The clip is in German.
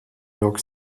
york